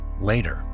later